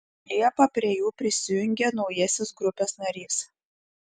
liepą prie jų prisijungė naujasis grupės narys